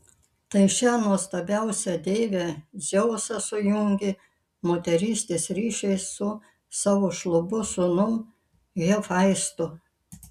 tai šią nuostabiausią deivę dzeusas sujungė moterystės ryšiais su savo šlubu sūnum hefaistu